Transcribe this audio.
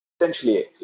Essentially